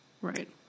Right